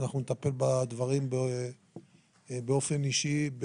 אנחנו נטפל בדברים באופן אישי,